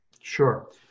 Sure